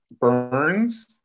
Burns